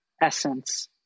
essence